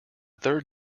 third